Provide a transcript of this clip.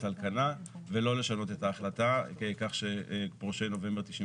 על כנה ולא לשנות את ההחלטה כך שפורשי נובמבר 98'